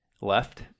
left